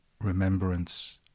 Remembrance